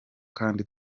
kandi